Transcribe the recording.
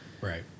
right